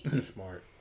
Smart